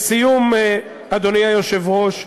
לסיום, אדוני היושב-ראש,